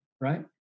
right